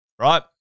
right